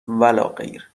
ولاغیر